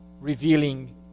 revealing